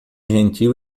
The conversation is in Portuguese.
gentil